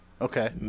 Okay